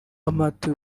amato